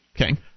Okay